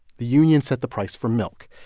the union set the price for milk.